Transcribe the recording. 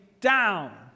down